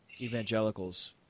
evangelicals